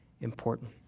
important